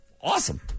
awesome